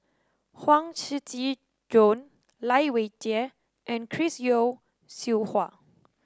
Huang Shiqi Joan Lai Weijie and Chris Yeo Siew Hua